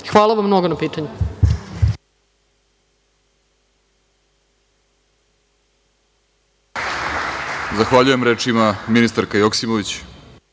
Hvala vam mnogo na pitanju.